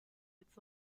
its